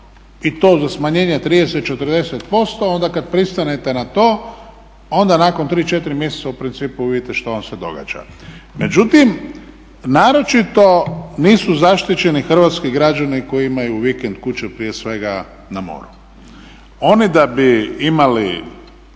i to za smanjenje 30, 40% i onda kad pristanete na to onda nakon 3, 4 mjeseca u principu vidite što vam se događa. Međutim, naročito nisu zaštićeni hrvatski građani koji imaju vikend kuće prije svega na moru. Oni da bi imali